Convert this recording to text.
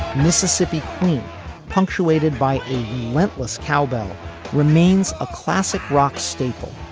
mississippi queen punctuated by a relentless cowbell remains a classic rock staple.